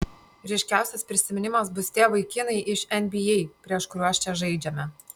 ryškiausias prisiminimas bus tie vaikinai iš nba prieš kuriuos čia žaidžiame